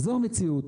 זו המציאות.